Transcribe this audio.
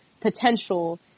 potential